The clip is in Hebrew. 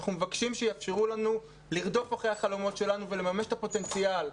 אנחנו מבקשים שיאפשרו לנו לרדוף אחרי החלומות שלנו ולממש את הפוטנציאל.